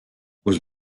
was